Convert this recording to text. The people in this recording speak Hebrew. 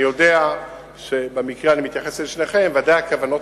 אני מתייחס אל שניכם ואני יודע שהכוונות